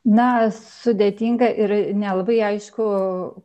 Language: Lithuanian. na sudėtinga ir nelabai aišku